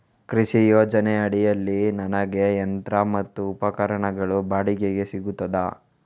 ಕೃಷಿ ಯೋಜನೆ ಅಡಿಯಲ್ಲಿ ನನಗೆ ಯಂತ್ರ ಮತ್ತು ಉಪಕರಣಗಳು ಬಾಡಿಗೆಗೆ ಸಿಗುತ್ತದಾ?